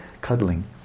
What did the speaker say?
cuddling